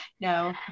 No